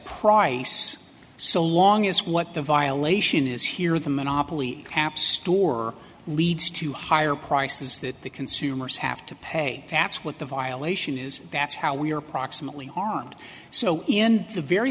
price so long as what the violation is here the monopoly caps store leads to higher prices that the consumers have to pay that's what the violation is that's how we are approximately are and so in the very